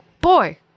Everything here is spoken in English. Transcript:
Boy